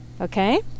okay